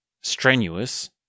strenuous